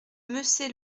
messey